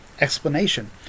explanation